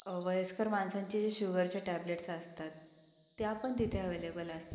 वयस्कर माणसांचे जे शुगरच्या टॅबलेट्स असतात त्या पण तिथे अवेलेबल असतात